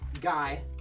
Guy